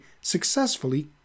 Successfully